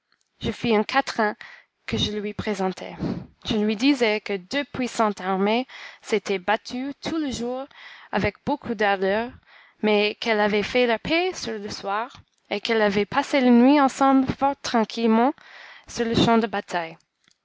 je fis un quatrain que je lui présentai je lui disais que deux puissantes armées s'étaient battues tout le jour avec beaucoup d'ardeur mais qu'elles avaient fait la paix sur le soir et qu'elles avaient passé la nuit ensemble fort tranquillement sur le champ de bataille